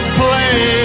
play